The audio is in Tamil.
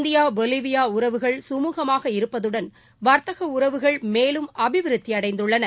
இந்தியா பொலிவியா உறவுகள் சுமுகமாக இருப்பதுடன் வர்த்தக உறவுகள் மேலும் அபிவிருந்தி அடைந்துள்ளன